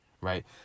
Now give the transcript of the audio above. right